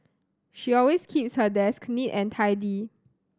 she always keeps her desk neat and tidy